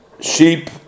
sheep